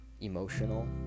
emotional